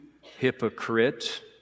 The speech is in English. hypocrite